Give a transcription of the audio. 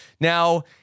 Now